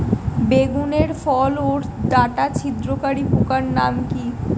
বেগুনের ফল ওর ডাটা ছিদ্রকারী পোকার নাম কি?